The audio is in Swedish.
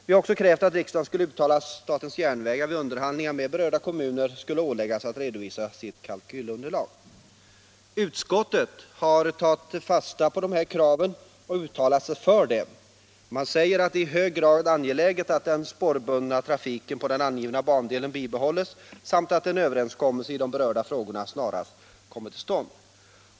Vi har också krävt att riksdagen skulle uttala att statens järnvägar vid under handlingar med berörda kommuner åläggs att redovisa sitt kalkylunderlag. Utskottet har tagit fasta på kraven och uttalat sig för detta. Utskottet säger att det är ”i hög grad angeläget att den spårbundna trafiken på den angivna bandelen bibehålls samt att en överenskommelse i berörda frågor snarast kommer till stånd”.